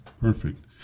Perfect